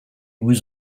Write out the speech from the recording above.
was